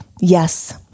yes